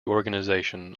organisation